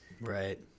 Right